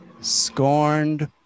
scorned